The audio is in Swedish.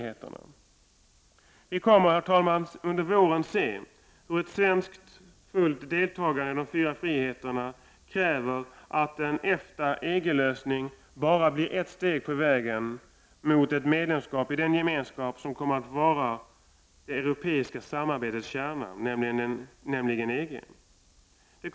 Under våren kommer vi att få se hur ett svenskt fullt deltagande i de fyra friheterna kräver att en EFTA-EG-lösning bara blir ett steg på vägen mot ett medlemskap i den gemenskap som blir det europeiska samarbetets kärna, nämligen EG.